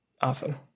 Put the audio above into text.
awesome